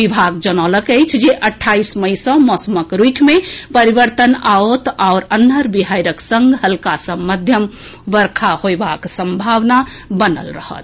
विभाग जनौलक अछि जे अठाईस मई सँ मौसमक रूखि मे परिवर्तन आओत आओर अन्हर बिहाड़िक संग हल्का सँ मध्यम वर्षाक संभावना बनल रहत